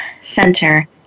center